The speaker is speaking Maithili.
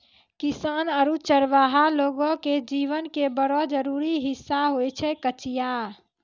किसान आरो चरवाहा लोगो के जीवन के बड़ा जरूरी हिस्सा होय छै कचिया